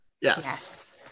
Yes